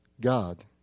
God